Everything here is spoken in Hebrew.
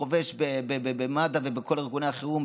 כחובש במד"א ובכל ארגוני החירום,